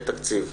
תקציב.